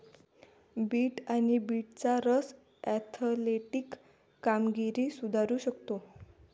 bit आणि बीटचा रस ऍथलेटिक कामगिरी सुधारू शकतो